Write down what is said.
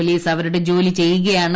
police അവരുടെ ജോലി ചെയ്യുകയാണ്